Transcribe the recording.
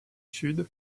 sud